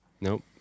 nope